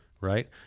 right